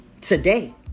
today